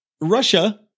Russia